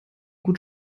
gut